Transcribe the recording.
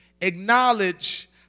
acknowledge